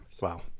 Wow